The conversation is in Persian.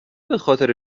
بخاطر